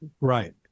right